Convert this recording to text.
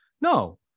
no